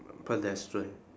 pedestrian